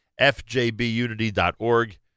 FJBUnity.org